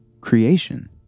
creation